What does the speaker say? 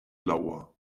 lauer